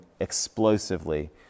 explosively